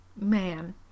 Man